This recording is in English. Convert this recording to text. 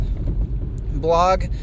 blog